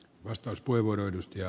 arvoisa puhemies